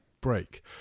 break